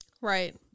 Right